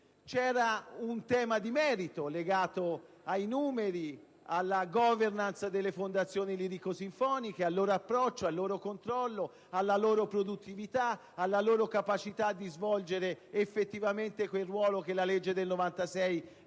C'era un tema di merito legato ai numeri e alla *governance* delle fondazioni lirico-sinfoniche, al loro approccio, al loro controllo, alla loro produttività e alla loro capacità di svolgere effettivamente il ruolo che la legge del 1996 aveva